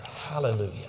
Hallelujah